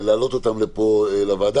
להעלות אותם פה לוועדה,